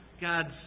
God's